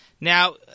Now